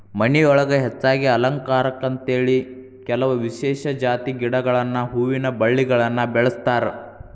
ಮನಿಯೊಳಗ ಹೆಚ್ಚಾಗಿ ಅಲಂಕಾರಕ್ಕಂತೇಳಿ ಕೆಲವ ವಿಶೇಷ ಜಾತಿ ಗಿಡಗಳನ್ನ ಹೂವಿನ ಬಳ್ಳಿಗಳನ್ನ ಬೆಳಸ್ತಾರ